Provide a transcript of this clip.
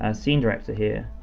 ah scene director here,